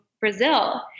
Brazil